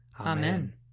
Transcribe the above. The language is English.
Amen